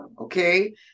okay